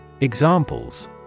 Examples